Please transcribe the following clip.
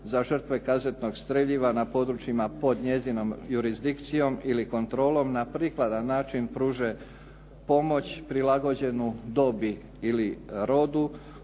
za žrtve kazetnog streljiva na područjima pod njezinom jurisdikcijom ili kontrolom na prikladan način pruže pomoć prilagođenu dobi ili rodu